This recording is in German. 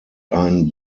ein